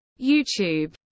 YouTube